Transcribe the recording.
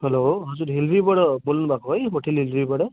hello हजुर हिलवेबाट बोल्नुभएको है होटल हिलवेबाट